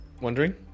Wondering